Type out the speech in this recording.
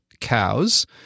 cows